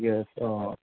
য়েছ অঁ